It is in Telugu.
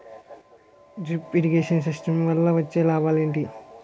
డ్రిప్ ఇరిగేషన్ సిస్టమ్ వల్ల వచ్చే లాభాలు ఏంటి?